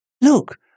Look